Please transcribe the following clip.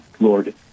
Lord